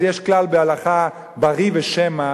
אז יש כלל בהלכה: ברי ושמא,